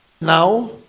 Now